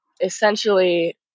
Essentially